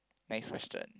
next question